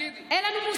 אין לנו מושג,